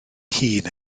hun